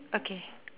okay